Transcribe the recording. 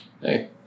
Hey